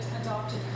adopted